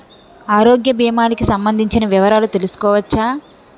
ఆరోగ్య భీమాలకి సంబందించిన వివరాలు తెలుసుకోవచ్చా?